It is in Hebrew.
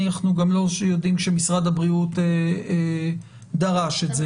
אנחנו גם לא יודעים שמשרד הבריאות דרש את זה.